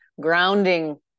Grounding